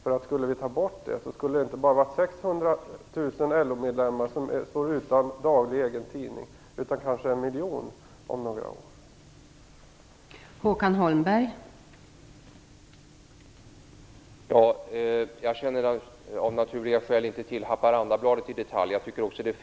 Om vi skulle ta bort det skulle inte bara 600 000 LO-medlemmar vara utan daglig egen tidning, utan om några år skulle det kanske gälla en miljon människor.